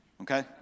okay